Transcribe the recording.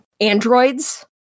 androids